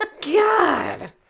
God